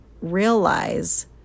realize